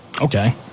Okay